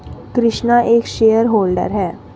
कृष्णा एक shareholder है